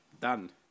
done